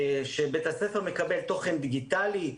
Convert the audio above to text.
שבית הספר מקבל תוכן דיגיטלי,